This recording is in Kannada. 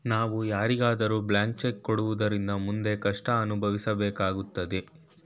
ನಾವು ಯಾರಿಗಾದರೂ ಬ್ಲಾಂಕ್ ಚೆಕ್ ಕೊಡೋದ್ರಿಂದ ಮುಂದೆ ಕಷ್ಟ ಅನುಭವಿಸಬೇಕಾಗುತ್ತದೆ